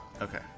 Okay